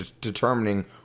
determining